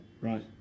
Right